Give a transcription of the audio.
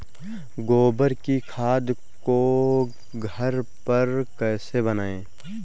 गोबर की खाद को घर पर कैसे बनाएँ?